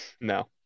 No